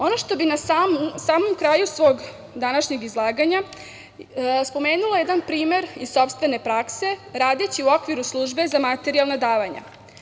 Ono što bih na samom kraju svog današnjeg izlaganja spomenula bih jedan primer iz sopstvene prakse radeći u okviru službe za materijalna davanja.